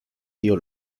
tío